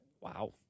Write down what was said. Wow